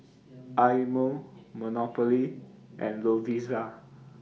Eye Mo Monopoly and Lovisa